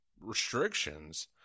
restrictions